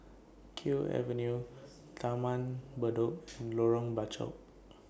Kew Avenue Taman Bedok and Lorong Bachok